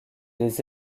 des